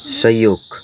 सहयोग